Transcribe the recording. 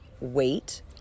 wait